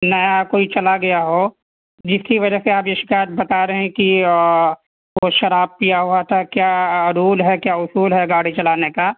نیا کوئی چلا گیا ہو جس کی وجہ سے آپ یہ شکایت بتا رہے ہیں کہ وہ شراب پیا ہوا تھا کیا رول ہے کیا اصول ہے گاڑی چلانے کا